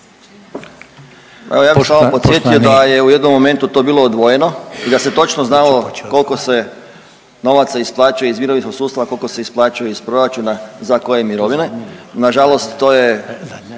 ja bih samo podsjetio da je u jednom momentu to bilo odvojeno i da se točno znalo koliko se novaca isplaćuje iz mirovinskog sustava, koliko se isplaćuje iz proračuna za koje mirovine. Na žalost to je